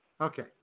Okay